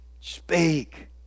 Speak